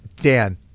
dan